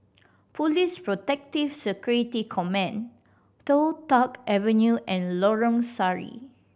Police Protective Security Command Toh Tuck Avenue and Lorong Sari